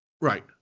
Right